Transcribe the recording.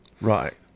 Right